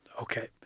Okay